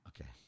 okay